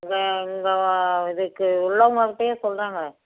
வ இங்கே இதுக்கு உள்ளவங்கள் கிட்டையே சொல்கிறேங்க